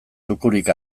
zukurik